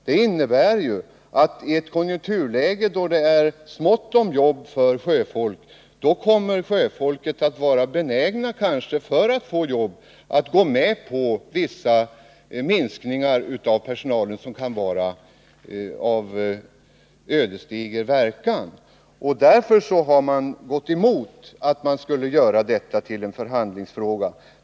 Det innebär ju att sjöfolket i ett konjunkturläge då det är smått om jobb för sjöfolk kanske kommer att vara benäget, för att få jobb, att gå med på vissa minskningar av personalen som kan få ödesdiger verkan. Därför har man gått emot att denna fråga görs till en förhandlingsfråga.